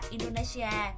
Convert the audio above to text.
Indonesia